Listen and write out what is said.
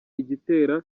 igitera